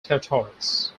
territories